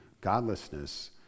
godlessness